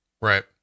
right